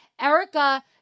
Erica